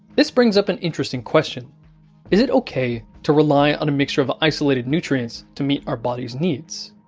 this brings up an interesting question is it ok to rely on a mixture of isolated nutrients to meet our body's needs?